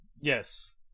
yes